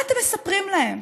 מה אתם מספרים להם,